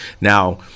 now